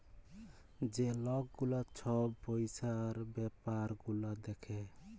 যে লক গুলা ছব পইসার ব্যাপার গুলা দ্যাখে